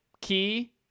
Key